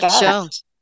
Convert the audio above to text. Jones